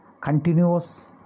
continuous